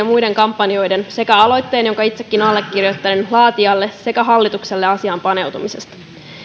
muiden kampanjoiden sekä aloitteen jonka itsekin allekirjoitin laatijoille sekä hallitukselle asiaan paneutumisesta